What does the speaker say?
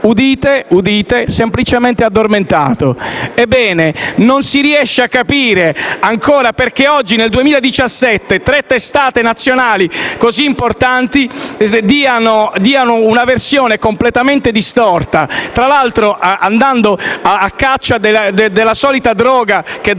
udite: si era semplicemente addormentato. Non si riesce a capire perché ancora oggi, nel 2017, tre testate nazionali così importanti diano una versione completamente distorta, tra l'altro andando a caccia della solita droga che